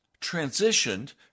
transitioned